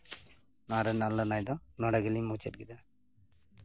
ᱚᱱᱟ ᱨᱮᱱᱟᱜ ᱞᱟᱹᱱᱟᱹᱭ ᱫᱚ ᱱᱚᱸᱰᱮ ᱜᱮᱞᱤᱧ ᱢᱩᱪᱟᱹᱫ ᱠᱮᱫᱟ